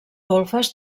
golfes